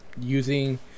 using